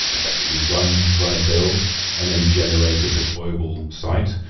effectively run run a build and then generate a deployable site.